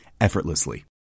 effortlessly